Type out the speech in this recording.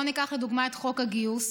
בואו ניקח לדוגמה את חוק הגיוס.